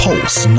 Pulse